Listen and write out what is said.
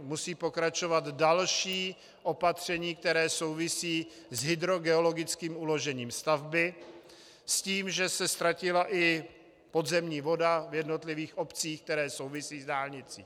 Musí pokračovat další opatření, která souvisí s hydrogeologickým uložením stavby, s tím, že se ztratila i podzemní voda v jednotlivých obcí, které souvisí s dálnicí.